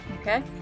Okay